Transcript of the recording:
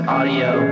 Audio